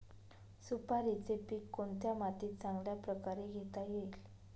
सुपारीचे पीक कोणत्या मातीत चांगल्या प्रकारे घेता येईल?